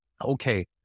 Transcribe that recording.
okay